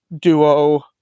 duo